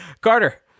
carter